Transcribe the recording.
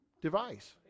device